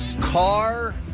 Car